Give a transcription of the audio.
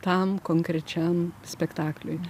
tam konkrečiam spektakliui